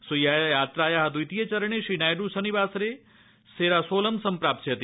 स्वीय यात्राया द्वितीये चरणे श्रीनायड् शनिवासरे सेरालोनं सम्प्राप्स्यति